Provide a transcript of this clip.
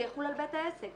זה יחול על בית העסק.